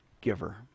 giver